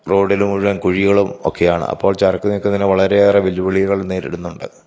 റോഡില് മുഴുവൻ കുഴികളും ഒക്കെയാണ് അപ്പോൾ ചരക്കു നീക്കത്തിനു വളരെയേറെ വെല്ലുവിളികൾ നേരിടുന്നുണ്ട്